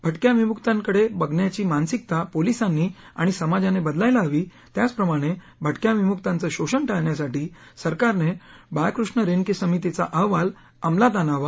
भटक्या विमुक्तांकडे बघण्याची मानसिकता पोलिसांनी आणि समाजाने बदलायला हवी त्याचप्रमाणे भटक्या विमुक्तांचं शोषण टाळण्यासाठी सरकारने बाळकृष्ण रेणके समितीचा अहवाल अंमलात आणावा